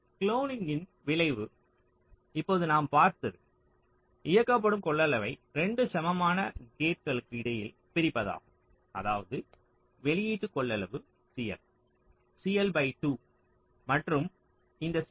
குளோனிங்கின் விளைவு இப்போது நாம் பார்த்தது இயக்கப்படும் கொள்ளளவை 2 சமமான கேட்களுக்கு இடையில் பிரிப்பதாகும் அதாவது வெளியீட்டு கொள்ளளவு CL CL by 2 மற்றும் இந்த சி